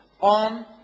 on